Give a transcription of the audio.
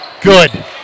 good